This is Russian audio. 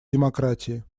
демократии